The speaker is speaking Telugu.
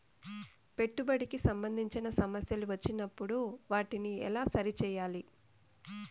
పెట్టుబడికి సంబంధించిన సమస్యలు వచ్చినప్పుడు వాటిని ఎలా సరి చేయాలి?